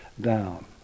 down